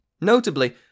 Notably